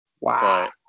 wow